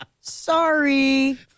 Sorry